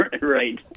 Right